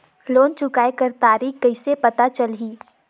Loan चुकाय कर तारीक कइसे पता चलही?